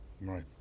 Right